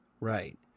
Right